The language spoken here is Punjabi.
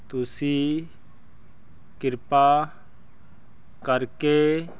ਤੁਸੀਂ ਕਿਰਪਾ ਕਰੇ